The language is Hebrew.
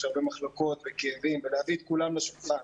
יש הרבה מחלוקות וכאבים ולהביא את כולם לשולחן.